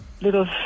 Little